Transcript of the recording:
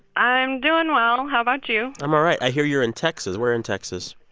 i'm doing well. and how about you? i'm all right. i hear you're in texas. where in texas?